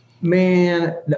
man